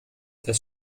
das